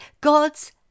gods